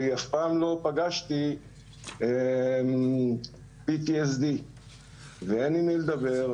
אף פעם לא פגשתי PTSD. ואין עם מי לדבר.